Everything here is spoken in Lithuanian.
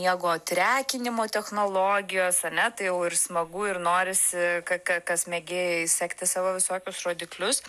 miego trekinimo technologijos ane tai jau ir smagu ir norisi ką ką kas mėgėjai sekti savo visokius rodiklius